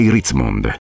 Ritzmond